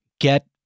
get